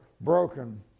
broken